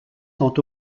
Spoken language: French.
sont